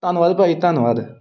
ਧੰਨਵਾਦ ਭਾਅ ਜੀ ਧੰਨਵਾਦ